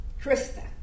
Krista